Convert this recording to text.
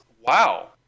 Wow